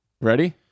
ready